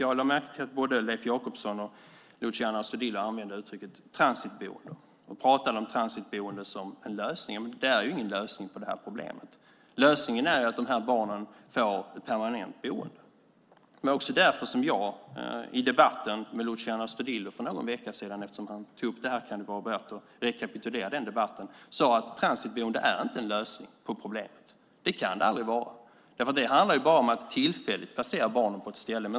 Jag lade märke till att både Leif Jakobsson och Luciano Astudillo använde uttrycket transitboende. De pratade om transitboende som en lösning. Det är ingen lösning på det här problemet. Lösningen är att de här barnen får ett permanent boende. Det är också därför som jag i debatten med Luciano Astudillo för någon vecka sedan - eftersom han tog upp det kan det vara värt att rekapitulera den debatten - sade att transitboende inte är en lösning på problemet. Det kan aldrig vara det. Det handlar bara om att tillfälligt placera barnen på ett ställe.